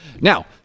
Now